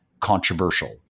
controversial